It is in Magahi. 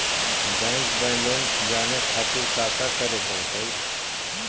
बैंक बैलेंस जाने खातिर काका करे पड़तई?